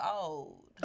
old